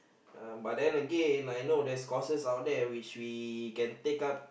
uh but then Again I know there's courses out there which we can take up